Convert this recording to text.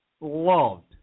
loved